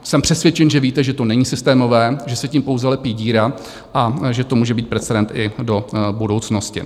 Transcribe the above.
Jsem přesvědčen, že víte, že to není systémové, že se tím pouze lepí díra a že to může být precedens i do budoucnosti.